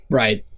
right